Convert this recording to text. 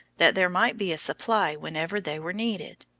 that there might be a supply whenever they were needed.